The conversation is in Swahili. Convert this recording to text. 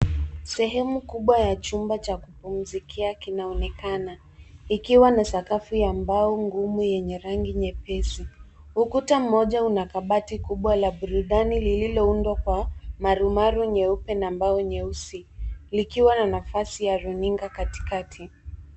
Sehemu kubwa ya chumba cha kupumzikia kinaonekana, ikiwa na sakafu ya mbao gumu yenye rangi nyepesi. Ukuta mmoja una kabati kubwa la burundani lililoundwa kwa marumaru nyeupe na mbao nyeusi likiwa na nafasi ya runinga katikati.